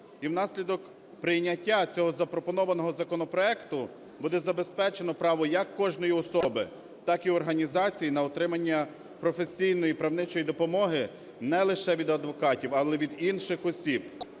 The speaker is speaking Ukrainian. І внаслідок прийняття цього запропонованого законопроекту буде забезпечено право як кожної особи, так і організації на отримання професійної правничої допомоги не лише від адвокатів, але й від інших осіб.